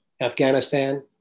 Afghanistan